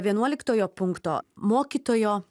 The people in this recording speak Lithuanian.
vienuoliktojo punkto mokytojo